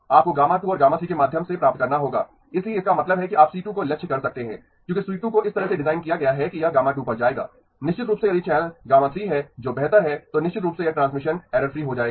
आपको γ2 और γ3 के माध्यम से प्राप्त करना होगा इसलिए इसका मतलब है कि आप C2 को लक्ष्य कर सकते हैं क्योंकि C2 को इस तरह से डिज़ाइन किया गया है कि यह γ2 पर जाएगा निश्चित रूप से यदि चैनल γ3 है जो बेहतर है तो निश्चित रूप से यह ट्रांसमिशन एरर फ्री होकर जाएगा